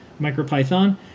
MicroPython